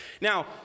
Now